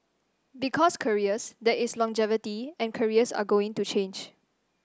because careers there is longevity and careers are going to change